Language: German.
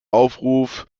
aufruf